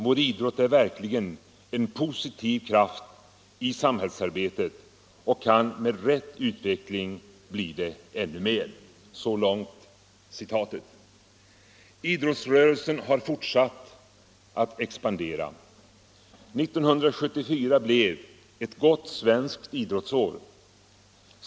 Vår idrott är verkligen en positiv kraft i samhällsarbetet och kan med rätt utveckling bli det ännu mer.” Idrottsrörelsen har fortsatt att expandera. 1974 blev ett gott svenskt idrottsår.